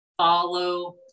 Follow